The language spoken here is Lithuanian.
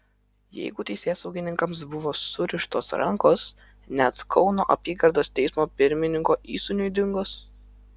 jeigu teisėsaugininkams buvo surištos rankos net kauno apygardos teismo pirmininko įsūniui dingus